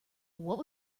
what